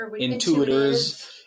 Intuitors